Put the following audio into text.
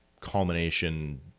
culmination